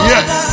Yes